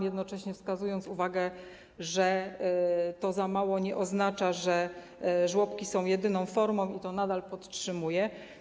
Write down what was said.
Jednocześnie zwracam uwagę, że to: za mało nie oznacza, że żłobki są jedyną formą opieki, i to nadal podtrzymuję.